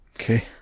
Okay